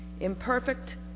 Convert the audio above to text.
Imperfect